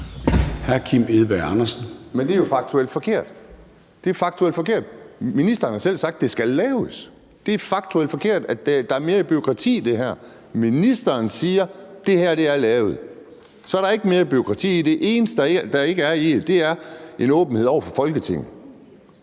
16:29 Kim Edberg Andersen (NB): Men det er jo faktuelt forkert. Det er faktuelt forkert. Ministeren har selv sagt, at det skal laves. Det er faktuelt forkert, at der er mere bureaukrati i det her. Ministeren siger, at det her er lavet, så der er ikke mere bureaukrati i det. Det eneste, der ikke er i det nuværende, er en åbenhed over for Folketinget.